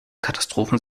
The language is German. katastrophen